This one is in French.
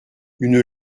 une